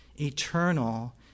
eternal